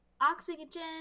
Oxygen